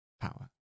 power